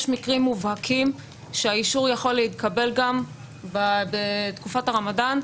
יש מקרים מובהקים שהאישור יכול להתקבל גם בתקופת הרמדאן,